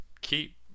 keep